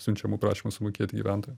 siunčiamų prašymų sumokėti gyventojam